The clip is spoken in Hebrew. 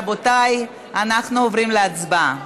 רבותיי, אנחנו עוברים להצבעה.